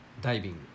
Diving